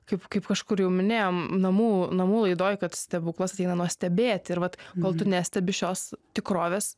kaip kaip kažkur jau minėjom namų namų laidoj kad stebuklas ateina nuo stebėti ir vat kol tu nestebi šios tikrovės